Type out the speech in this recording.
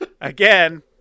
again